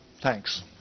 Thanks